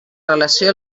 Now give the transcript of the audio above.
relació